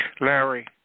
Larry